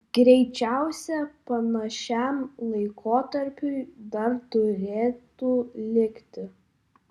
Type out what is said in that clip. greičiausia panašiam laikotarpiui dar turėtų likti